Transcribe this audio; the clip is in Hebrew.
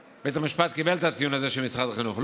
בית המשפט קיבל את הטיעון הזה של משרד החינוך,